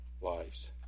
lives